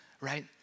Right